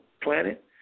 planet